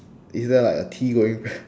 is there like a T going